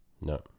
No